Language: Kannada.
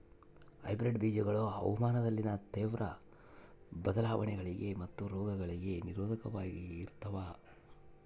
ಹೈಬ್ರಿಡ್ ಬೇಜಗಳು ಹವಾಮಾನದಲ್ಲಿನ ತೇವ್ರ ಬದಲಾವಣೆಗಳಿಗೆ ಮತ್ತು ರೋಗಗಳಿಗೆ ನಿರೋಧಕವಾಗಿರ್ತವ